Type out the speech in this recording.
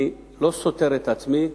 אני לא סותר את עצמי.